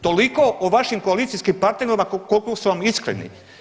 Toliko o vašim koalicijskim partnerima koliko su vam iskreni.